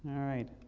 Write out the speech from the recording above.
alright,